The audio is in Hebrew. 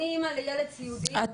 אני אימא לילד סיעודי.